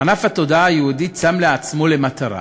ענף התודעה היהודית שם לעצמו למטרה